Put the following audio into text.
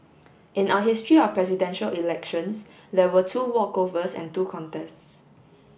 in our history of Presidential Elections there were two walkovers and two contests